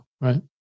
right